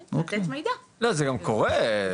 לא, זה גם קורה.